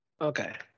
Okay